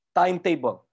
timetable